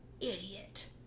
Idiot